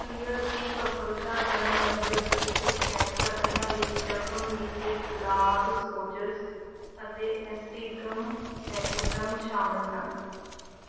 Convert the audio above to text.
clear ਦੀ ਸਫਲਤਾ ਦਰ ਨੱਬੇ ਪ੍ਰਤੀਸ਼ਤ ਹੈ ਖ਼ਤਰਿਆਂ ਵਿੱਚ ਜ਼ਖ਼ਮ ਲੀਕੇਜ ਲਾਗ ਸੋਜਸ਼ ਅਤੇ ਐਸਟੀਗਮਮੈਟਿਜ਼ਮ ਸ਼ਾਮਲ ਹਨ